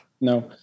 No